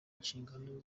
inshingano